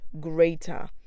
greater